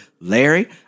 Larry